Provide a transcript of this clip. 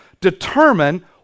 determine